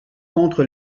contre